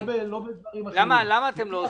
למשל,